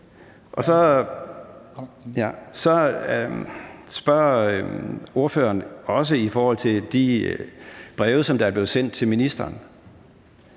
Så spørger spørgeren også til de breve, som er blevet sendt til ministeren.